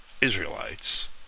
Israelites